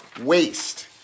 waste